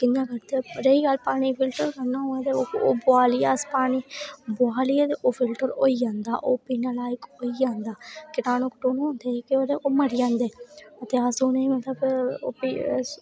कि'यां करदे रेही गल्ल पानी फिल्टर करा होऐ ते ओह् बोआलियै अस पानी बोआलियै ते ओह् फिल्टर होई जंदा ओह् इ'यां होई जंदा कीटाणु होंदे जेह्के ओह् मरी जंदे ते अस उ'नें ई मतलब